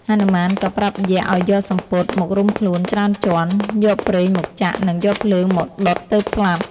ហនុមានក៏ប្រាប់យក្ស ឱ្យយកសំពត់ មករុំខ្លួនច្រើនជាន់ យកប្រេងមកចាក់ និងយកភ្លើងមកដុតទើបស្លាប់។